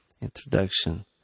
introduction